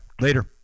Later